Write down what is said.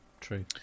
True